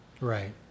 Right